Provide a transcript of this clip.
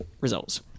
results